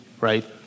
right